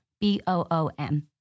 B-O-O-M